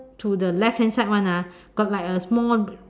to the left hand side one ah got like a small